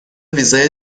ویزای